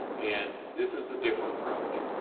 and this is a different approach.